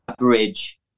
average